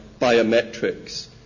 biometrics